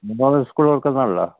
മുൻപാണേൽ school തുറക്കുന്നത് ആണല്ലോ